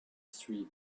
three